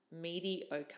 mediocre